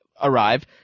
arrive